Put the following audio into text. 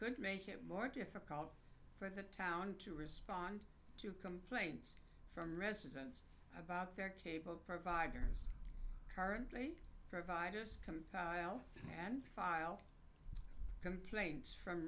could make it more difficult for the town to respond to complaints from residents about their cable providers currently providers compile and file complaints from